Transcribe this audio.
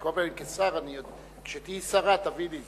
על כל פנים, כשתהיי שרה, תביני.